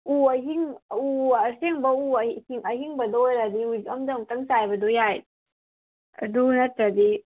ꯎ ꯑꯍꯤꯡ ꯎ ꯑꯁꯦꯡꯕ ꯎ ꯑꯍꯤꯡꯕꯗꯣ ꯑꯣꯏꯔꯗꯤ ꯋꯤꯛ ꯑꯝꯗ ꯑꯝꯇꯪ ꯆꯥꯏꯕꯗꯣ ꯌꯥꯏ ꯑꯗꯨ ꯅꯠꯇ꯭ꯔꯗꯤ